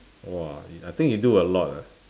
!wah! I think you do a lot ah